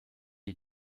est